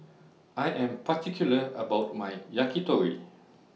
I Am particular about My Yakitori